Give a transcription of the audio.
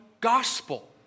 gospel